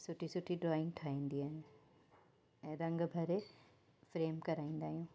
सुठी सुठी ड्रॉइंग ठाहींदी आहियां ऐं रंग भरे फ्रैम कराईंदा आहियूं